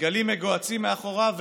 דגלים מגוהצים מאחוריו,